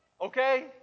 Okay